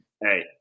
Hey